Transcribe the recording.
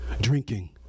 drinking